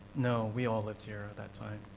no, we all lived here at that time.